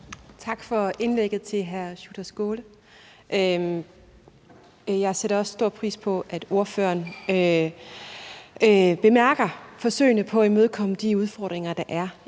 for indlægget. Jeg sætter også stor pris på, at ordføreren bemærker forsøgene på at imødekomme de udfordringer, der er